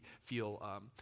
feel